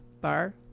bar